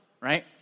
right